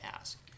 ask